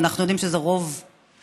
ואנחנו יודעים שזה רוב המקרים,